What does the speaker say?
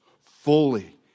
fully